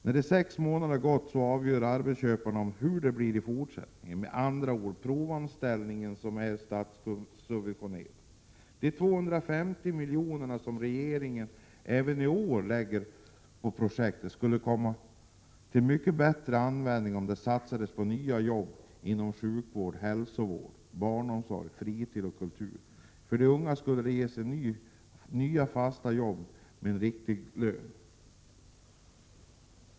När de sex månaderna har gått avgör arbetsköparen hur det blir i fortsättningen. Det rör sig med andra ord om statssubventionerad provanställning. De 250 milj.kr. som regeringen även i år lägger ned på projektet skulle komma till mycket bättre användning om de satsades på nya jobb inom sjukoch hälsovård, barnomsorg, fritid och kultur. Där skulle de unga kunna ges nya fasta jobb med riktiga löner.